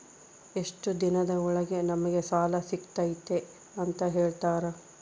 ಎಷ್ಟು ದಿನದ ಒಳಗೆ ನಮಗೆ ಸಾಲ ಸಿಗ್ತೈತೆ ಅಂತ ಹೇಳ್ತೇರಾ?